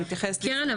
שמתייחס ל- קרן,